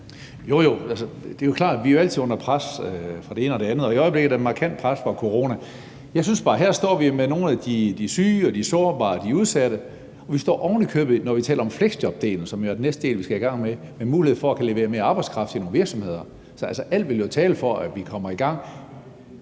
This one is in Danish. Jo, jo, det er jo klart, at vi altid er under pres fra det ene og det andet, og i øjeblikket er der et markant pres fra corona. Jeg synes bare, at vi her står med nogle af de syge, de sårbare og de udsatte, og når vi taler om fleksjobdelen, som jo er den næste del, vi skal i gang med, står vi ovenikøbet med muligheden for at kunne levere mere arbejdskraft til nogle virksomheder. Så alt vil jo tale for, at vi kommer i gang.